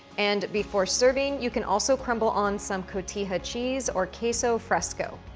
and before serving you can also crumble on some cotija cheese, or queso fresco.